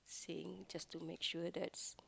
saying just to make sure that's